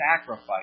sacrifice